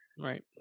Right